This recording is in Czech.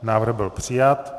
Návrh byl přijat.